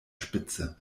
spitze